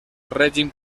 règim